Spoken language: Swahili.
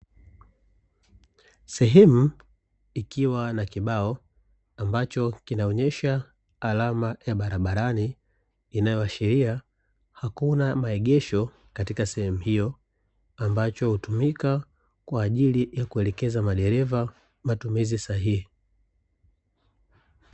Sehemu ikiwa na kibao ambacho kinaonyesha alama ya barabarani, inayoashiria kuwa kuna maegesho katika sehemu hiyo ambacho hutumika kwaajili ya kuelekeza madereva matumizi sahihi.